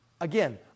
Again